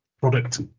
product